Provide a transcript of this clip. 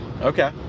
Okay